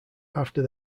after